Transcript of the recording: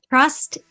Trust